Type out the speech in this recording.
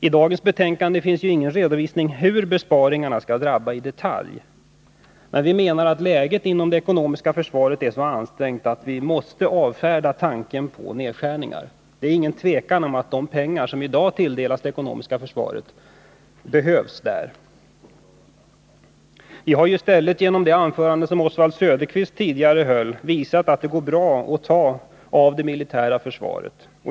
I dagens betänkande finns ingen redovisning av hur besparingarna i detalj skall göras. Men vi menar att läget inom det ekonomiska försvaret är så ansträngt, att tanken på nedskärningar måste avfärdas. Det råder inget tvivel om att de pengar som i dag tilldelas det ekonomiska försvaret behövs där. Vi har ju visat — det framgick av Oswalds Söderqvists tidigare anförande — att det går bra att ta medel från det militära försvaret.